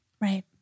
right